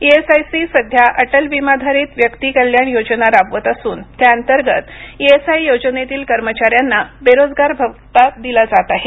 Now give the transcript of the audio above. ESIC सध्या अटल विमाधारित व्यक्ती कल्याण योजना राबवत असून त्या अंतर्गत ईएसआय योजनेतील कर्मचाऱ्यांना बेरोजगार भत्ता दिला जात आहे